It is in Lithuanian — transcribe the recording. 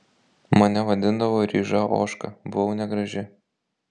mane vadindavo ryža ožka buvau negraži